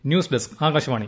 news desk Akashvani